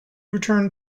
returned